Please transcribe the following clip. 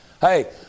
Hey